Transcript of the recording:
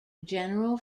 general